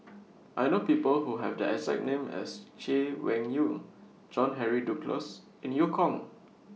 I know People Who Have The exact name as Chay Weng Yew John Henry Duclos and EU Kong